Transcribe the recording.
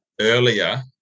earlier